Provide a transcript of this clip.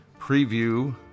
preview